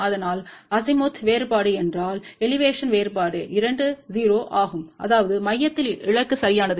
அதனால்அஸிமுத் வேறுபாடு என்றால் எலிவேஷன் வேறுபாடு இரண்டும் 0 ஆகும் அதாவது மையத்தில் இலக்கு சரியானது